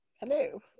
Hello